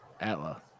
Atla